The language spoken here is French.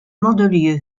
mandelieu